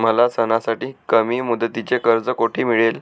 मला सणासाठी कमी मुदतीचे कर्ज कोठे मिळेल?